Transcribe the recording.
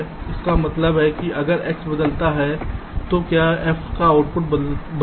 इसका मतलब है अगर x बदलता है तो क्या f का आउटपुट बदलता है